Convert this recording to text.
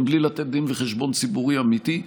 גם בלי לתת דין וחשבון ציבורי אמיתי.